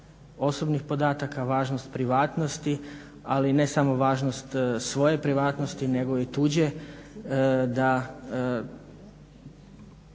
osobnih podataka, važnost privatnosti ali i ne samo važnost svoje privatnosti nego i tuđe da